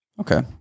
Okay